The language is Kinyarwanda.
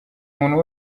umuntu